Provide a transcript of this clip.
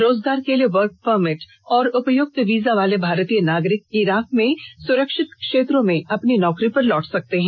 रोजगार के लिए वर्क परमिट और उपयुक्त वीजा वाले भारतीय नागरिक इराक में सुरक्षित क्षेत्रों में अपनी नौकरी पर लौट सकते हैं